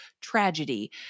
tragedy